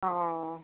অ